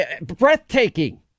breathtaking